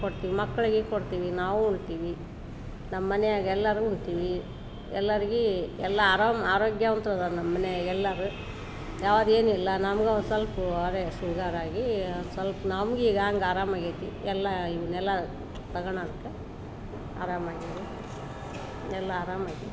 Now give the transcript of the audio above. ಕೊಡ್ತೀವಿ ಮಕ್ಕಳಿಗೆ ಕೊಡ್ತೀವಿ ನಾವು ಉಣ್ತೀವಿ ನಮ್ಮ ಮನೆಯಾಗ್ ಎಲ್ಲರೂ ಉಣ್ತೀವೀ ಎಲ್ಲರಿಗೆ ಎಲ್ಲ ಆರಾಮ್ ಆರೋಗ್ಯವಂತ ಇದಾರ್ ನಮ್ಮ ಮನೆಯಾಗ್ ಎಲ್ಲರೂ ಯಾವ್ದು ಏನಿಲ್ಲ ನಮ್ಗೆ ಒಂದು ಸ್ವಲ್ಪ ಅದೆ ಸುಗರ್ ಆಗೀ ಸ್ವಲ್ಪ ನಮ್ಗೆ ಈಗ ಹಾಗೆ ಆರಾಮ್ ಆಗೇತಿ ಎಲ್ಲ ಇವನ್ನೆಲ್ಲಾ ತಗೊಳೋದ್ಕೆ ಆರಾಮಾಗಿದೀವಿ ಎಲ್ಲ ಆರಾಮಾಗಿದೀವಿ